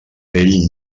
vell